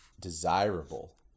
desirable